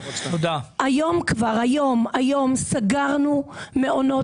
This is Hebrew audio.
היום סגרנו מעונות.